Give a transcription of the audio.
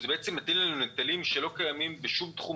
זה בעצם מטיל עלינו נטלים שלא קיימים בשום תחום